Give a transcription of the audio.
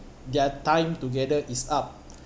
their time together is up